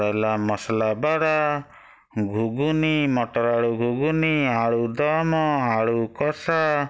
ରହିଲା ମସଲା ବରା ଗୁଗୁନି ମଟର ଆଳୁ ଗୁଗୁନି ଆଳୁଦମ ଆଳୁକଷା